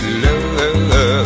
love